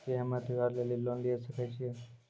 की हम्मय त्योहार लेली लोन लिये सकय छियै?